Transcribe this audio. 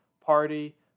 party